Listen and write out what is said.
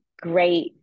great